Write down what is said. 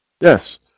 Yes